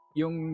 yung